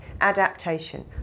adaptation